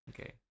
Okay